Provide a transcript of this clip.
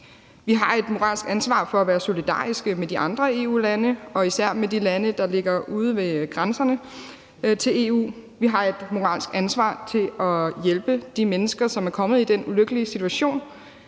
Vi har et moralsk ansvar for at være solidariske med de andre EU-lande og især med de lande, der ligger ude ved grænserne til EU. Vi har et moralsk ansvar for at hjælpe de mennesker, som er kommet i den ulykkelige situation,